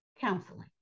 counseling